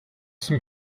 zum